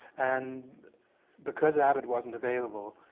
and because abbott wasn't available,